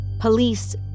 Police